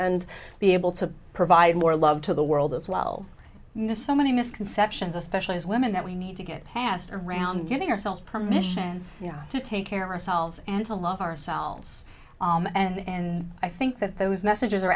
and be able to provide more love to the world as well miss so many misconceptions especially as women that we need to get past around giving ourselves permission to take care our selves and to love ourselves and i think that those messages are